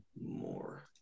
more